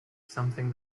something